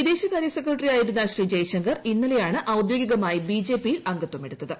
വിദേശകാര്യ സെക്രട്ടറിയായിരുന്ന ഇന്നലെയാണ് ഔദ്യോഗികമായി ബിജെപിയിൽ അംഗത്വമെടുത്തത്